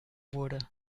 wurde